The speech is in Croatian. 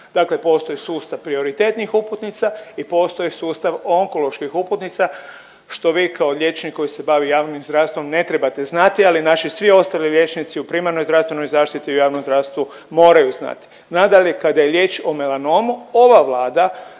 dakle postoji sustav prioritetnih uputnica i postoji sustav onkoloških uputnica što vi kao liječnik koji se bavi javnim zdravstvom ne trebate znati, ali naši svi ostali liječnici u primarnoj zdravstvenoj zaštiti u javnom zdravstvu moraju znati. Nadalje, kada je riječ o melanomu, ova Vlada